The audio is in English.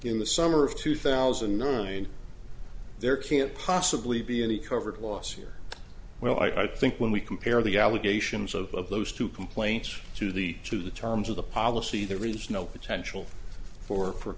in the summer of two thousand and nine there can't possibly be any covered loss here well i think when we compare the allegations of those two complaints to the to the terms of the policy there is no potential for